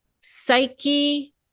psyche